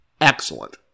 excellent